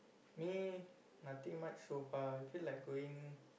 me nothing much so far feel like going